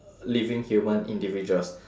uh living human individuals